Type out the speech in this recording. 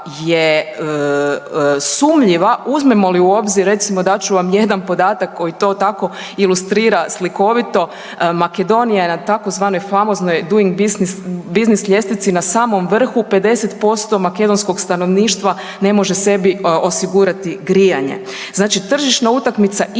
uzmemo li obzir recimo dat ću vam jedan podatak koji to tako ilustrira slikovito. Makedonija je na tzv. famoznoj Doingbusiness ljestvici na samom vrhu, 50% makedonskog stanovništva ne može sebi osigurati grijanje. Znači tržišna utakmica ima